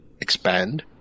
expand